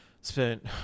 Spent